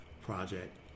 project